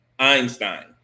Einstein